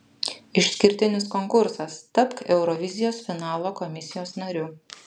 išskirtinis konkursas tapk eurovizijos finalo komisijos nariu